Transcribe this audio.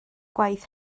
gwaith